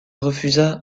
refusa